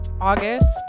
august